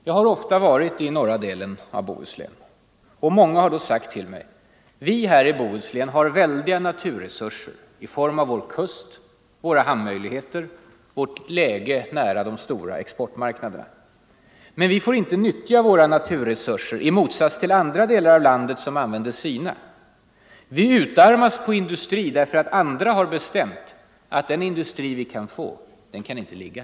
Jag har ofta varit i norra delen av Bohuslän. Många har då sagt till mig: vi här i Bohuslän har väldiga naturresurser i form av vår kust, våra hamnmöj — Nr 131 ligheter, vårt läge nära de stora exportmarknaderna. Men vi får inte nyttja Fredagen den våra naturresurser i motsats till andra delar av landet som använder sina. 29 november 1974 Vi utarmas på industri därför att andra har bestämt att den industri I vi kan få inte kan ligga här. Ang.